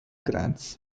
grants